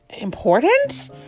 Important